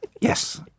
Yes